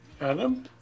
Adam